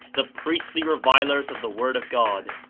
the priestly revilers of the word of god.